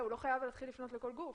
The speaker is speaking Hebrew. הוא לא חייב להתחיל לפנות לכל גוף.